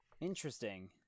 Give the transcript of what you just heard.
Interesting